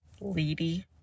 lady